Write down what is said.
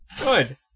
Good